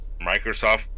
Microsoft